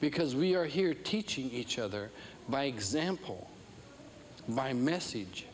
because we are here teaching each other by example by message